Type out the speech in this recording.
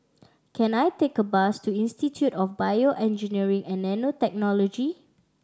can I take a bus to Institute of Bio Engineering and Nanotechnology